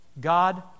God